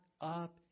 Up